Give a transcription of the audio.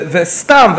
וסתם,